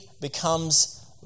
becomes